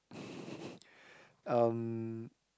um